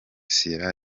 sierra